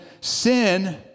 sin